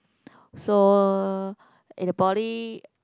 so at the Poly